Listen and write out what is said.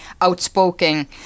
outspoken